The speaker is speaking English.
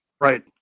Right